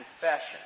confession